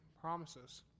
promises